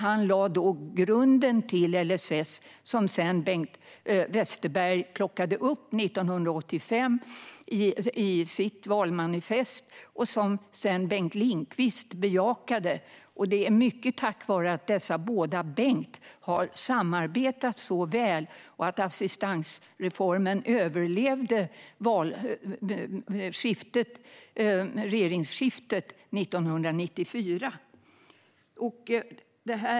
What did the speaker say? Han lade grunden till LSS, som Bengt Westerberg plockade upp i sitt valmanifest 1985 och som Bengt Lindqvist sedan bejakade. Det är mycket tack vare att dessa båda Bengt samarbetade så väl som assistansreformen överlevde regeringsskiftet 1994.